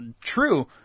True